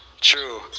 true